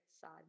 sad